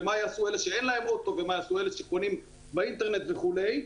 ומה יעשו אלה שאין להם אוטו ומה יעשו אלה שקונים באינטרנט וכולי.